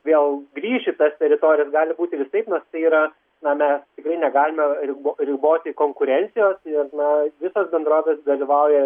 vėl grįš į tas teritorijas gali būti kitaip nors tai yra na mes tikrai negalime ribo riboti konkurencijos ir na visos bendrovės dalyvauja